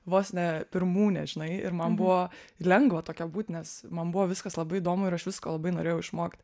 vos ne pirmūnė žinai ir man buvo ir lengva tokia būt nes man buvo viskas labai įdomu ir aš visko labai norėjau išmokt